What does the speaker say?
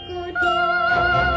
Goodbye